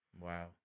Wow